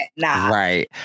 Right